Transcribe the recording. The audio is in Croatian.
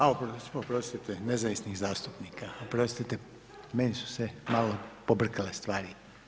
A oprostite nezavisnih zastupnika, oprostite meni su se malo pobrkale stvari.